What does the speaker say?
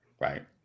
Right